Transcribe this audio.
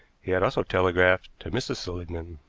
he had also telegraphed to mrs. seligmann.